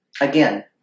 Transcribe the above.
Again